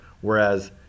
Whereas